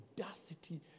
audacity